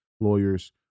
lawyers